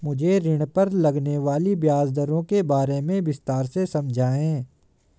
मुझे ऋण पर लगने वाली ब्याज दरों के बारे में विस्तार से समझाएं